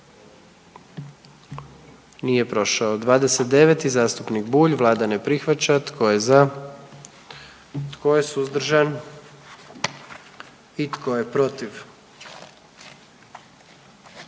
44. Kluba zastupnika SDP-a, vlada ne prihvaća. Tko je za? Tko je suzdržan? Tko je protiv?